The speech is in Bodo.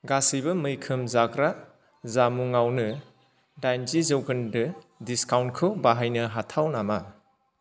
गासैबो मैखोम जाग्रा जामुंआवनो दायनजि जौखोन्दो डिसकाउन्टखौ बाहायनो हाथाव नामा